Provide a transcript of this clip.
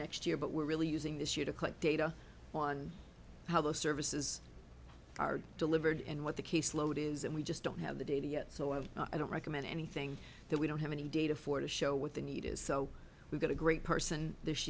next year but we're really using this year to collect data on how those services are delivered and what the caseload is and we just don't have the data yet so i don't recommend anything that we don't have any data for to show with the need is so we've got a great person this